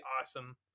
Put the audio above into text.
awesome